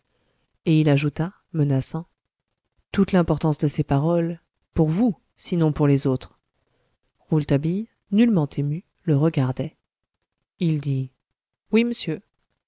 et il ajouta menaçant toute l'importance de ces paroles pour vous sinon pour les autres rouletabille nullement ému le regardait il dit oui m'sieur